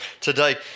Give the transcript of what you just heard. today